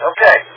Okay